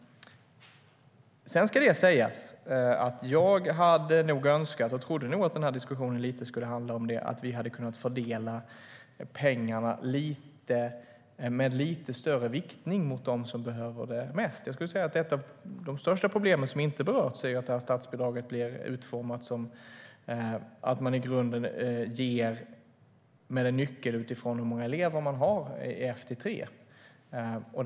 Sedan ska det sägas att jag nog trodde att den här diskussionen lite skulle handla om en fördelning av pengarna med lite större viktning mot dem som behöver pengarna mest. Det största problemet, som inte berörts, är om statsbidraget blir utformat så att en kommun beviljas statsbidrag med en nyckel utifrån hur många elever man har i årskurserna F-3.